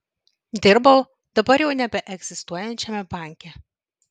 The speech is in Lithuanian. dirbau dabar jau neegzistuojančiame banke